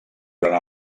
durant